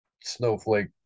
snowflake